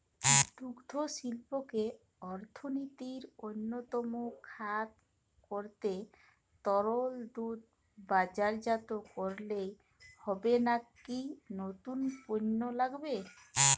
দুগ্ধশিল্পকে অর্থনীতির অন্যতম খাত করতে তরল দুধ বাজারজাত করলেই হবে নাকি নতুন পণ্য লাগবে?